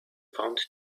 found